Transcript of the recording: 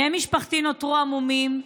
בני משפחתי נותרו המומים,